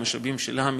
במשאבים שלה,